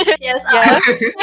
Yes